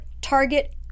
Target